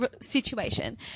situation